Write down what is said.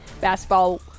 basketball